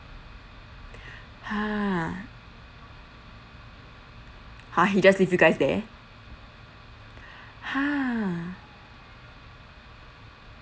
ha ha he just leave you guys there ha